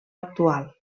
actual